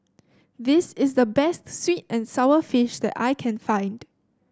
this is the best sweet and sour fish that I can find